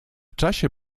czasie